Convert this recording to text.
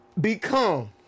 Become